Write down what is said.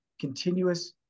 continuous